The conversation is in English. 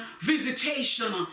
visitation